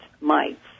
mites